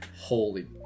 Holy